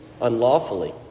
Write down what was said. unlawfully